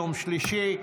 יום שלישי,